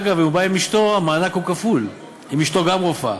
אגב, אם הוא בא עם אשתו, ואם גם היא רופאה,